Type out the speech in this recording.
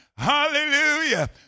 Hallelujah